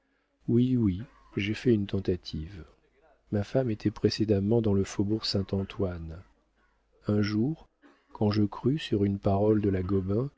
oui oui j'ai fait une tentative ma femme était précédemment dans le faubourg saint-antoine un jour quand je crus sur une parole de la